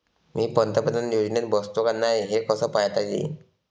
मी पंतप्रधान योजनेत बसतो का नाय, हे कस पायता येईन?